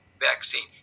vaccine